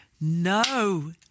No